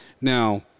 Now